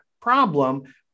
problem